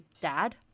dad